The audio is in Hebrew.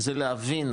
- זה להבין,